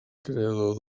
creador